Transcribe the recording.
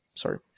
Sorry